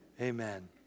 Amen